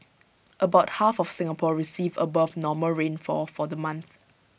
about half of Singapore received above normal rainfall for the month